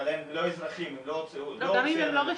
אבל הם לא אזרחים, היא לא הוציאה להם אזרחות.